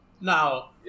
Now